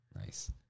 Nice